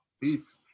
Peace